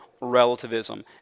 relativism